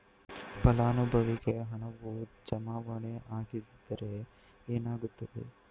ಫಲಾನುಭವಿಗೆ ಹಣವು ಜಮಾವಣೆ ಆಗದಿದ್ದರೆ ಏನಾಗುತ್ತದೆ?